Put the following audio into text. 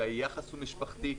והיחס הוא משפחתי,